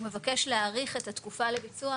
הוא מבקש להאריך את התקופה לביצוע.